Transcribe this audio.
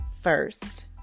first